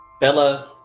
Bella